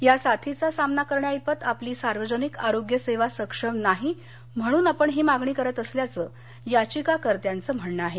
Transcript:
या साथीचा सामना करण्याइतपत आपली सार्वजनिक आरोग्य सेवा सक्षम नाही म्हणून आपण ही मागणी करत असल्याचं याचिकाकर्त्याचं म्हणणं आहे